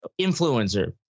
influencer